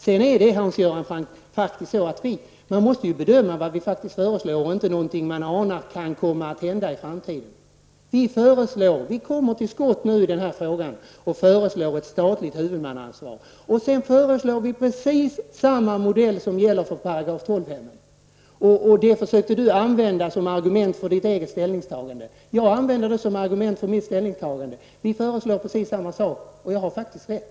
Man måste, Hans Göran Franck, veta vad man föreslår, inte utgå från någonting man anar kan komma att hända i framtiden. Och vi kommer nu till skott i denna fråga och föreslår ett statligt huvudmannaansvar. Vi föreslår precis samma modell som gäller för § 12-hemmen. Hans Göran Franck försöker använda det som argument för sitt ställningstagande. Jag använder det som argument för mitt ställningstagande. Vi föreslår precis samma saker, och jag har faktiskt rätt.